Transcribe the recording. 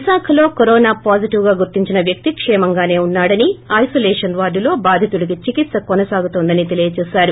విశాఖలో కరోనా పాజిటివ్గా గుర్తించిన వ్యక్తి కేమంగ ఉన్నా డినీ ఐనోలేషన్ వార్షులో బాధితుడికి చికిత్స కొనసాగుతోందని చెప్పారు